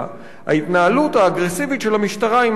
ההתנהלות האגרסיבית של המשטרה מטרידה.